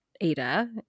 Ada